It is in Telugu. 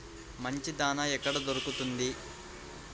మంచి దాణా ఎక్కడ దొరుకుతుంది?